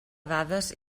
dades